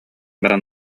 баран